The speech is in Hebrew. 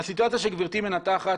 הסיטואציה שגברתי מנתחת,